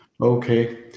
okay